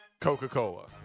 Coca-Cola